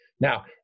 Now